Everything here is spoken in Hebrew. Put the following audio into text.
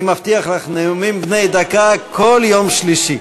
אני מבטיח לך: נאומים בני דקה כל יום שלישי.